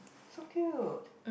so cute